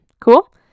cool